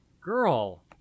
girl